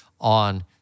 on